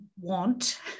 want